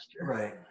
Right